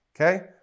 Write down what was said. Okay